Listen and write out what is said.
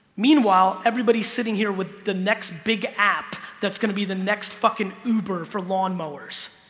meanwhile everybody's sitting here with the next big app that's gonna be the next fucking uber for lawnmowers